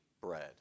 bread